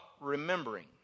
remembering